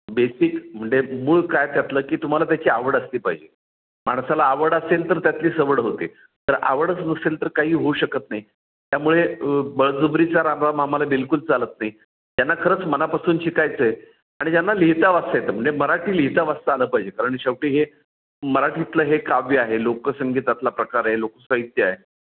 basic म्हणजे मूळ काय त्यातलं की तुम्हाला त्याची आवड असली पाहिजे माणसाला आवड असेल तर त्यातली सवड होते तर आवडच नसेल तर काही होऊ शकत नाही त्यामुळे बळजबरीचा रामराम आम्हाला बिलकुल चालत नाही ज्यांना खरंच मनापासून शिकायचं आहे आणि ज्यांना लिहिता वाचता येतं म्हणजे मराठी लिहिता वाचता आलं पाहिजे कारण शेवटी हे मराठीतलं हे काव्य आहे लोकसंगीतातला प्रकार आहे लोकसाहित्य आहे